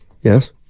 Yes